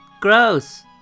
Gross